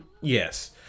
Yes